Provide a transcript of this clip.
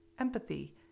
empathy